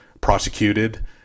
prosecuted